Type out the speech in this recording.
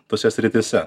tose srityse